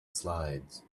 slides